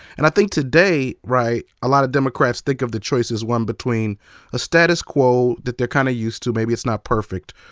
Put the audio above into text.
and i think today, right, a lot of democrats think of the choice as one between a status quo that they're kind of used to, and maybe it's not perfect,